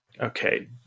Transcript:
okay